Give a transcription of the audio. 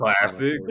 Classic